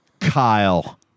Kyle